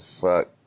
fuck